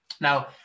Now